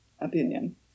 opinion